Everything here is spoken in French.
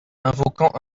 invoquant